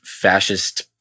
fascist